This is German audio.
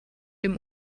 dem